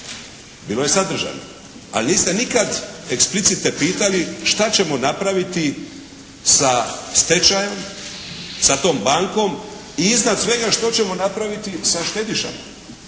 Bilo je sadržajno. Ali niste nikad explicite pitali šta ćemo napraviti sa stečajem, sa tom bankom? I iznad svega, šta ćemo napraviti sa štedišama?